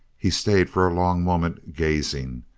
he stayed for a long moment gazing,